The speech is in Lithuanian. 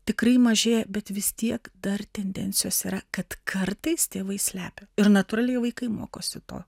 tikrai mažėja bet vis tiek dar tendencijos yra kad kartais tėvai slepia ir natūraliai vaikai mokosi to